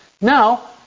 Now